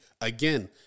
again